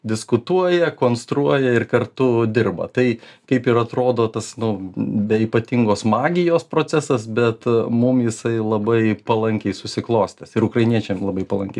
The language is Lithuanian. diskutuoja konstruoja ir kartu dirba tai kaip ir atrodo tas nu be ypatingos magijos procesas bet mum jisai labai palankiai susiklostęs ir ukrainiečiam labai palankiai